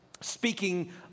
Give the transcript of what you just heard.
Speaking